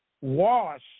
wash